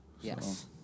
Yes